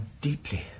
deeply